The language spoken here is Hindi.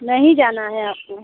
नहीं जाना है आपको